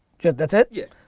that's it? yeah.